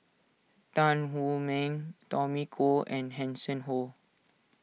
Tan Wu Meng Tommy Koh and Hanson Ho